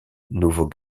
nouveau